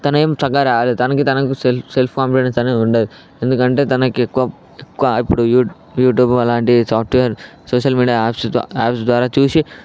తన ఏం సరిగ్గా రాయలేదు తనకి తనకి సెల్ఫ్ సెల్ఫ్ కాన్ఫిడెన్స్ అనేది ఉండదు ఎందుకంటే తనకెక్కువ ఎక్కువ ఇప్పుడు యూ యూట్యూబ్ అలాంటివి software social media apps apps ద్వారా చూసి